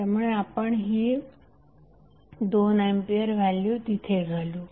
त्यामुळे आपण ही 2A व्हॅल्यू तिथे घालू